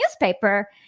newspaper